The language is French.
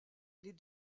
les